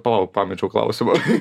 palauk pamečiau klausimą